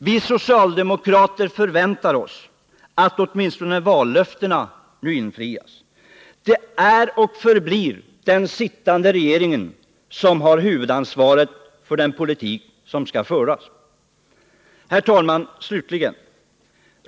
Vi socialdemokrater förväntar oss att åtminstone vallöftena nu infrias. Det är och förblir den sittande regeringen som har huvudansvaret för den politik som skall föras. Slutligen, herr talman!